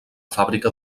fàbrica